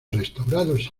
restaurados